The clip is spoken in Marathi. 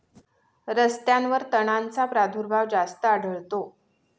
रस्त्यांवर तणांचा प्रादुर्भाव जास्त आढळतो